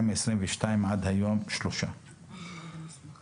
כתבי אישום וב-2022 עד היום הוגשו שלושה כתבי אישום,